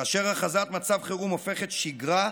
כאשר הכרזת מצב חירום הופכת שגרה,